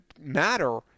matter